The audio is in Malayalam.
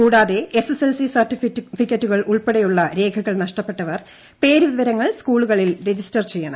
കൂടാതെ എസ്എസ്എൽസി സർട്ടിഫിക്കറ്റുകൾ ഉൾപ്പെടെയുള്ള രേഖകൾ നഷ്ടപ്പെട്ടവർ പേര് വിവരങ്ങൾ സ്കൂളുകളിൽ രജിസ്റ്റർ ചെയ്യണം